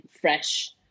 fresh